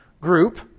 group